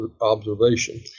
observation